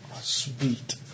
Sweet